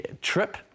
trip